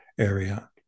area